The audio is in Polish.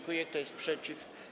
Kto jest przeciw?